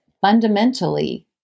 fundamentally